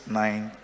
nine